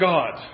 God